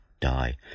die